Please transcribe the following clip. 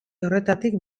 horretatik